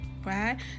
Right